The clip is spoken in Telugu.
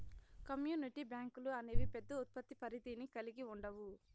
కమ్యూనిటీ బ్యాంకులు అనేవి పెద్ద ఉత్పత్తి పరిధిని కల్గి ఉండవు